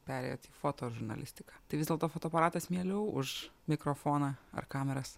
perėjot į fotožurnalistiką tai vis dėlto fotoaparatas mieliau už mikrofoną ar kameras